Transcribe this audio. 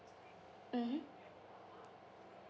mmhmm